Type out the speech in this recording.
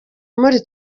muri